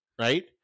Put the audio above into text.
Right